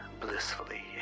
blissfully